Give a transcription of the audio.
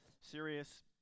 serious